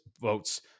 votes